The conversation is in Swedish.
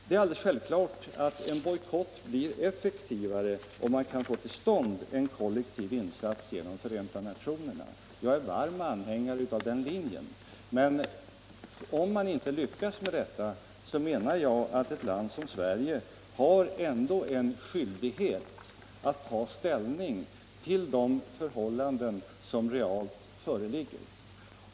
Det är alldeles självklart att en bojkott blir effektivare om man kan få till stånd en kollektiv insats genom Förenta nationerna. Jag är varm anhängare av den linjen. Men om man inte lyckas med detta så menar jag att ett land som Sverige ändå har en skyldighet att ta ställning till de förhållanden som realt föreligger.